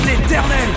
l'éternel